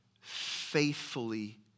faithfully